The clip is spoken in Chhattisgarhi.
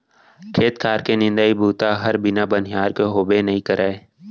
खेत खार के निंदई बूता हर बिना बनिहार के होबे नइ करय